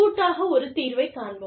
கூட்டாக ஒரு தீர்வைக் காண்போம்